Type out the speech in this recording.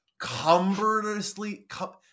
cumbersomely